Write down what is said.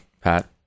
Pat